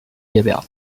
列表